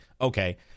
okay